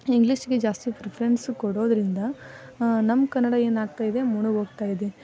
ಇಂಗ್ಲೀಷ್ಗೆ ಜಾಸ್ತಿ ಪ್ರಿಫ್ರೆನ್ಸು ಕೊಡೋದರಿಂದ ನಮ್ಮ ಕನ್ನಡ ಏನಾಗ್ತಾ ಇದೆ ಮುಳುಗೋಗ್ತ ಇದೆ